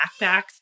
backpacks